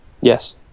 Yes